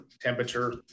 temperature